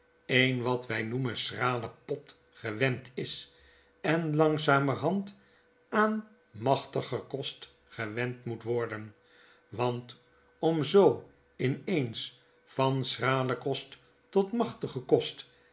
een wat wy noemen schralen pot gewend is en langzamerhand aan machtiger kost gewend moet worden want om zoo in eens van schralen kost tot machtigen kost